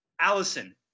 Allison